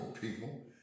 people